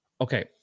Okay